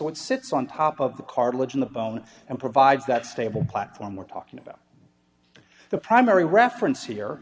it sits on top of the cartilage in the bone and provides that stable platform we're talking about the primary reference here